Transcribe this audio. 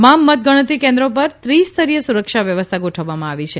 તમામ મતગણતરી કેન્દ્રો પર ત્રિ સ્તરીય સુરક્ષા વ્યવસ્થા ગોઠવવામાં આવી છે